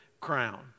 crown